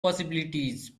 possibilities